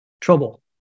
trouble